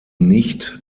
nicht